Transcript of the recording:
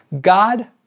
God